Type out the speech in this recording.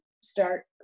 start